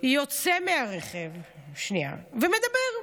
יוצא מהרכב ומדבר.